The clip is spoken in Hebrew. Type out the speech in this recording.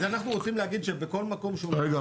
אז אנחנו רוצים להגיד שבכל מקום שהוא --- רגע,